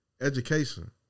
education